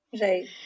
Right